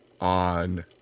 on